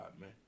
man